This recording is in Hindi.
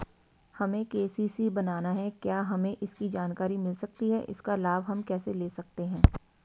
हमें के.सी.सी बनाना है क्या हमें इसकी जानकारी मिल सकती है इसका लाभ हम कैसे ले सकते हैं?